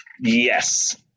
Yes